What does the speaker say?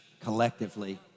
collectively